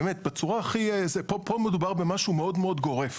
באמת פה מדובר במשהו מאוד מאוד גורף.